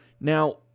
Now